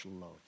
love